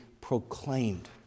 proclaimed